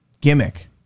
gimmick